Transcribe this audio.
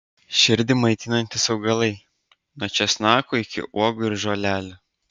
širdį maitinantys augalai nuo česnako iki uogų ir žolelių